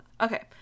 Okay